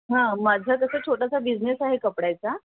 हां माझा कसं छोटासा बिझनेस आहे कपड्याचा